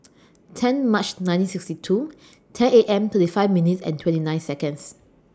ten March nineteen sixty two ten A M thirty five minutes and twenty nine Seconds